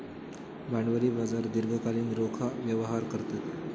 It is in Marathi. भांडवली बाजार दीर्घकालीन रोखा व्यवहार करतत